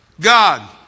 God